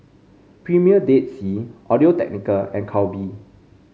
Premier Dead Sea Audio Technica and Calbee